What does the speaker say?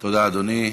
תודה, אדוני.